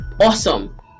awesome